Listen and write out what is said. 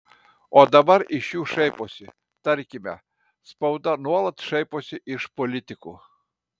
o dabar iš jų šaiposi tarkime spauda nuolat šaiposi iš politikų